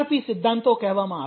સિદ્ધાંતો કહેવામાં આવે છે